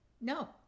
No